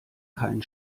keinen